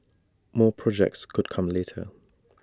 more projects could come later